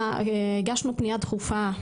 במרץ 2020 הגשנו פנייה דחופה